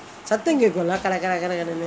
சத்தம் கேக்கும்:satham kekkum lah கட கட னு:kada kada nu